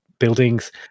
buildings